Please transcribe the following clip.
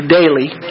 daily